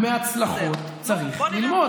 קודם כול, מהצלחות צריך ללמוד.